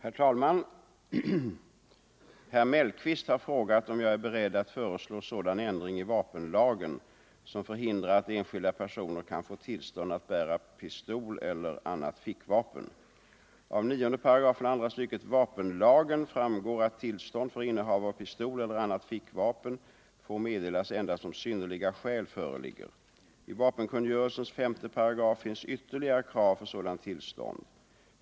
enskild person att Herr talman! Herr Mellqvist har frågat om jag är beredd att föreslå bära pistol eller sådan ändring i vapenlagen som förhindrar att enskilda personer kan annat fickvapen få tillstånd att bära pistol eller annat fickvapen. Av 98 andra stycket vapenlagen framgår att tillstånd för innehav av pistol eller annat fickvapen får meddelas endast om synnerliga skäl föreligger. I vapenkungörelsens 5 § finns ytterligare krav för sådant tillstånd.